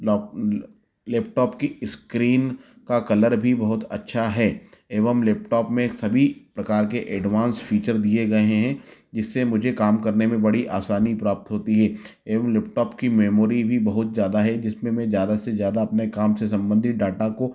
lock laptop की screen का colour भी बहुत अच्छा है एवं लेपटॉप में सभी प्रकार के एडवांस फ़ीचर दिए गए हैं जिससे मुझे काम करने में बड़ी आसानी प्राप्त होती है एवं लेपटॉप की मेमोरी भी बहुत ज़्यादा है जिसमें मे ज़्यादा से ज़्यादा अपने काम से संबंधित डाटा को